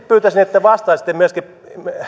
pyytäisin että vastaisitte myöskin